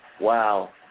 Wow